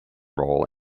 role